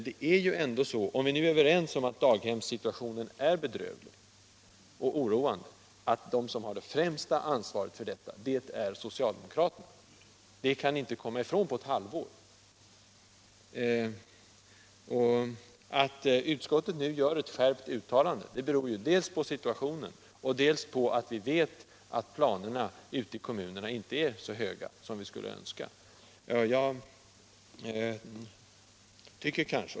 Det är ju ändå så — om vi nu är överens om att daghemssituationen är bedrövlig och oroande — att de som har det främsta ansvaret för detta tillstånd är socialdemokraterna; det ansvaret kan ni inte komma ifrån efter bara ett halvår! Att utskottet nu gör ett skärpt uttalande beror dels på situationen, dels på att vi vet att planerna ute i kommunerna inte är så vittgående som vi skulle önska.